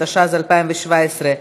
התשע"ז 2017,